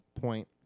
point